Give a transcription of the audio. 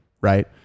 Right